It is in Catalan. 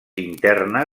interna